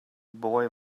boy